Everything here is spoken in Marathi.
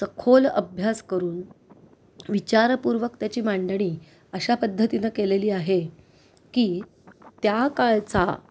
सखोल अभ्यास करून विचारपूर्वक त्याची मांडणी अशा पद्धतीनं केलेली आहे की त्या काळचा